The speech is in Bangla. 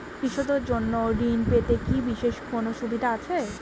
কৃষকদের জন্য ঋণ পেতে কি বিশেষ কোনো সুবিধা আছে?